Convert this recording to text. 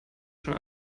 schon